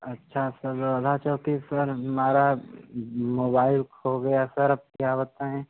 अच्छा चौकी सर हमारा मोबाईल खो गया सर अब क्या बताएँ